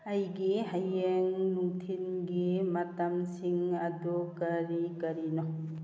ꯑꯩꯒꯤ ꯍꯌꯦꯡ ꯅꯨꯡꯊꯤꯟꯒꯤ ꯃꯇꯝꯁꯤꯡ ꯑꯗꯨ ꯀꯔꯤ ꯀꯔꯤꯅꯣ